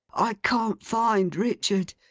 i can't find richard!